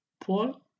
Paul